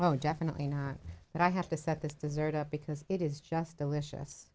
oh definitely not that i have to set this dessert up because it is just delicious